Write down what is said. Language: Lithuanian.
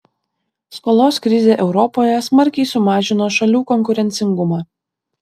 skolos krizė europoje smarkiai sumažino šalių konkurencingumą